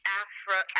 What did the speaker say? afro